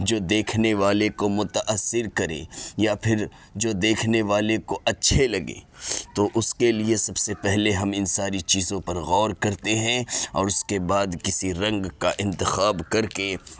جو دیكھنے والے كو متأثر كرے یا پھر جو دیكھنے والے کو اچھے لگیں تو اس کے لیے سب سے پہلے ہم ان ساری چیزوں پر غور کرتے ہیں اور اس کے بعد کسی رنگ کا انتخاب کرکے